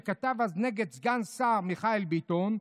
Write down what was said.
שכתב אז נגד סגן השר מיכאל ביטון,